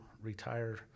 retire